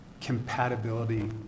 compatibility